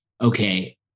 okay